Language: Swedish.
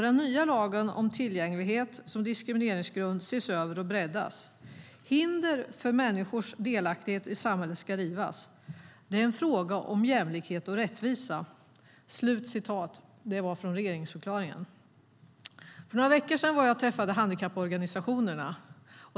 Den nya lagen om otillgänglighet som diskrimineringsgrund ses över och breddas. Hinder för människors delaktighet i samhället ska rivas. Det är en fråga om jämlikhet och rättvisa. "För några veckor sedan var jag och träffade handikapporganisationerna.